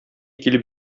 килеп